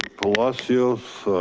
palacios.